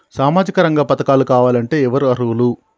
సామాజిక రంగ పథకాలు కావాలంటే ఎవరు అర్హులు?